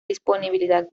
disponibilidad